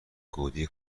گودی